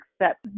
accept